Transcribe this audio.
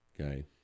Okay